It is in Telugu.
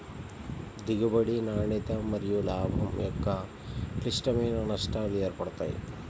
దిగుబడి, నాణ్యత మరియులాభం యొక్క క్లిష్టమైన నష్టాలు ఏర్పడతాయి